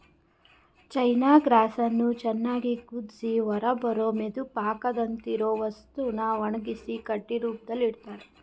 ಚೈನ ಗ್ರಾಸನ್ನು ಚೆನ್ನಾಗ್ ಕುದ್ಸಿ ಹೊರಬರೋ ಮೆತುಪಾಕದಂತಿರೊ ವಸ್ತುನ ಒಣಗ್ಸಿ ಕಡ್ಡಿ ರೂಪ್ದಲ್ಲಿಡ್ತರೆ